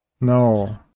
no